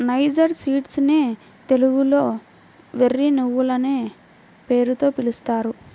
niger seeds నే తెలుగులో వెర్రి నువ్వులనే పేరుతో పిలుస్తారు